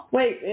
Wait